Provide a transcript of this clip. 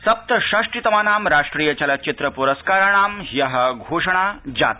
सप्तषष्टितमानाम राष्ट्रिय चलचित्र पुरस्काराणां ह्य घोषणा जाता